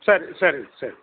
சரி சரி சரி